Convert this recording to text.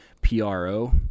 P-R-O